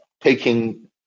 taking